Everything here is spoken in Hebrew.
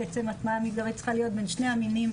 זה צריך להיות בין שני המינים,